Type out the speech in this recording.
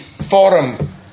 forum